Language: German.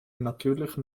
natürlichen